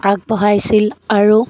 আগবঢ়াইছিল আৰু